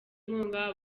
nkunga